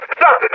stop